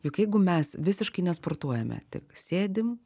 juk jeigu mes visiškai nesportuojame tik sėdim